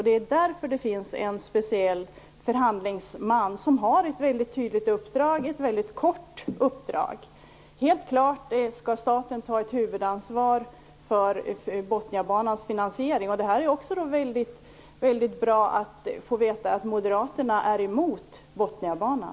Det är därför det finns en speciell förhandlingsman som har ett väldigt tydligt och kort uppdrag. Helt klart skall staten ta ett huvudansvar för Botniabanans finansiering. Det är också väldigt bra att få veta att Moderaterna är emot Botniabanan.